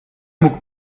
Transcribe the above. mógł